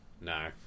No